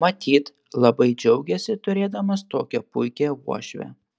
matyt labai džiaugiasi turėdamas tokią puikią uošvę